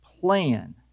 plan